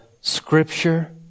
Scripture